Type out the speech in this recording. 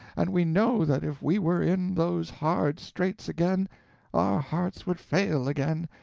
and we know that if we were in those hard straits again our hearts would fail again,